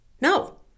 No